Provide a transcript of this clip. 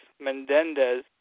Mendendez